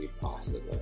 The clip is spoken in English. possible